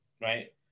Right